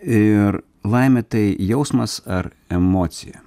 ir laimė tai jausmas ar emocija